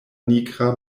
nigra